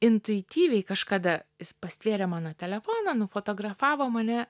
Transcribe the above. intuityviai kažkada jis pastvėrė mano telefoną nufotografavo mane